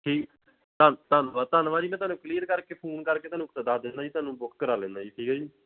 ਠੀ ਧੰਨ ਧੰਨਵਾਦ ਧੰਨਵਾਦ ਜੀ ਮੈਂ ਤੁਹਾਨੂੰ ਕਲੀਅਰ ਕਰਕੇ ਫੋਨ ਕਰਕੇ ਤੁਹਾਨੂੰ ਦੱਸ ਦਿੰਦਾ ਜੀ ਤੁਹਾਨੂੰ ਬੁੱਕ ਕਰਾ ਲੈਂਦਾ ਜੀ ਠੀਕ ਹੈ ਜੀ